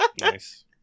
Nice